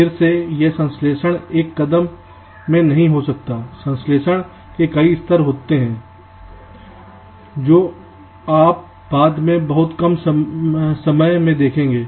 अब फिर से यह संश्लेषण एक कदम में नहीं हो सकता है संश्लेषण के कई स्तर हो सकते हैं जो आप बाद में बहुत कम समय में देखेंगे